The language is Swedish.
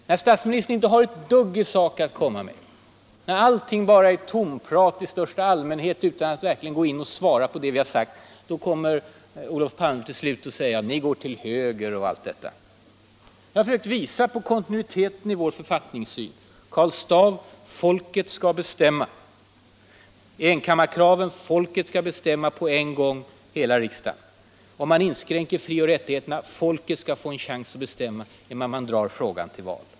När statsministern inte har ett dugg att komma med i sak, när allting är bara tomprat i största allmänhet i stället för svar på det vi har sagt, då säger Olof Palme att vi går till höger. Jag har försökt visa på kontinuiteten i vår författningssyn. —- Karl Staaff: folket skall bestämma. Om man inskränker frioch rättigheterna: folket skall få en chans att bestämma genom att man drar frågan till val.